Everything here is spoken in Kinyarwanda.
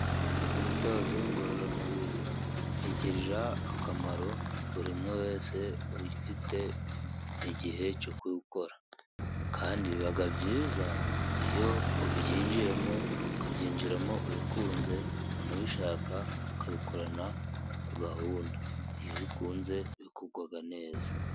Imyitozo ngororamubiri, igirira akamaro buri umwe wese ugifite igihe cyo kuwukora kandi biga byiza, iyo ubyinjiyemo ukabyinjiramo ubikunze unabishaka ukabikorana gahunda, iyo bikunze bikugwa neza.